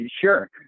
sure